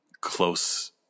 close